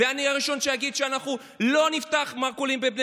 ואני הראשון שאגיד שאנחנו לא נפתח מרכולים בבני